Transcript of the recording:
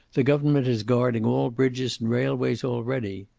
the government is guarding all bridges and railways already.